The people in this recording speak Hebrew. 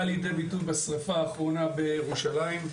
לידי ביטוי בשריפה האחרונה בירושלים.